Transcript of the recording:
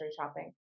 shopping